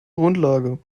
grundlage